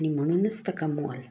आनी म्हणूनच ताका मोल